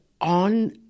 on